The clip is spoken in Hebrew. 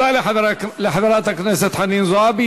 תודה לחברת הכנסת חנין זועבי.